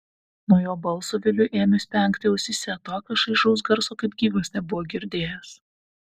nuo jo balso viliui ėmė spengti ausyse tokio šaižaus garso kaip gyvas nebuvo girdėjęs